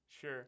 sure